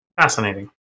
fascinating